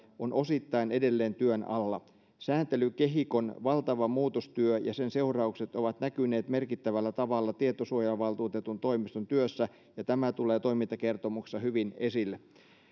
on osittain edelleen työn alla sääntelykehikon valtava muutostyö ja sen seuraukset ovat näkyneet merkittävällä tavalla tietosuojavaltuutetun toimiston työssä ja tämä tulee toimintakertomuksessa hyvin esille